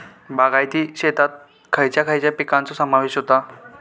बागायती शेतात खयच्या खयच्या पिकांचो समावेश होता?